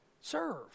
serve